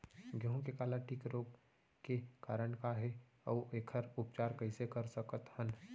गेहूँ के काला टिक रोग के कारण का हे अऊ एखर उपचार कइसे कर सकत हन?